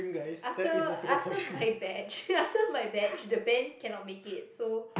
after after my batch after my batch the band cannot make it so